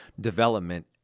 development